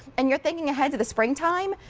and you're thinking ahead to the springtime,